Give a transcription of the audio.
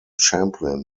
champlin